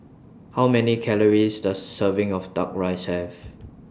How Many Calories Does A Serving of Duck Rice Have